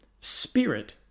spirit